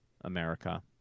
America